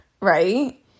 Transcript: right